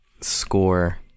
score